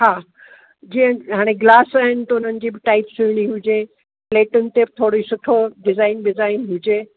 हा जंहिं हाणे गिलास आहिनि त उन्हनि जी बि टाइप्स सुहिणी हुजे प्लेटुनि ते बि थोरो सुठो डिजाइन विजाइन हुजे